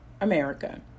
America